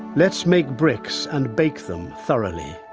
let's make bricks and bake them thoroughly